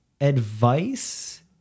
advice